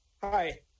Hi